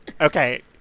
okay